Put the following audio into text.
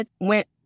went